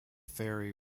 ferry